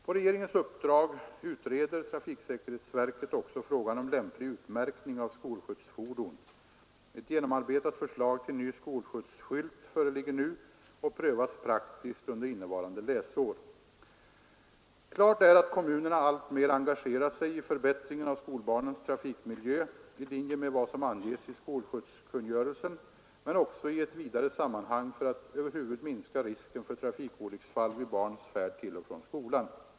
På regeringens uppdrag utreder trafiksäkerhetsverket också frågan om lämplig utmärkning av skolskjutsfordon. Ett genomarbetat förslag till ny skolskjutsskylt föreligger nu och prövas praktiskt under innevarande läsår. Klart är att kommunerna alltmer engagerar sig i förbättringen av skolbarnens trafikmiljö i linje med vad som anges i skolskjutskungörelsen men också i ett vidare sammanhang för att över huvud minska risken för trafikolycksfall vid barns färd till och från skolan.